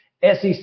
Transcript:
sec